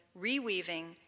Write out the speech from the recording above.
reweaving